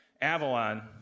Avalon